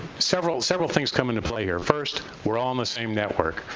several several things come into play here. first, we're all in the same network.